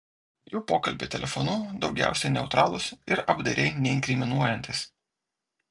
jų pokalbiai telefonu daugiausiai neutralūs ir apdairiai neinkriminuojantys